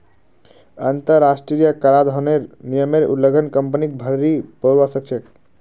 अंतरराष्ट्रीय कराधानेर नियमेर उल्लंघन कंपनीक भररी पोरवा सकछेक